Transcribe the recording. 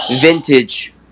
Vintage